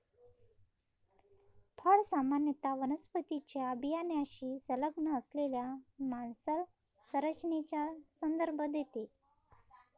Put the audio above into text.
फळ सामान्यत वनस्पतीच्या बियाण्याशी संलग्न असलेल्या मांसल संरचनेचा संदर्भ देते